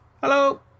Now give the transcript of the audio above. Hello